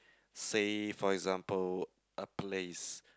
say for example a place